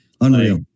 Unreal